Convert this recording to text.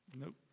nope